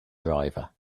driver